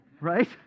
Right